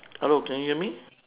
hello can you hear me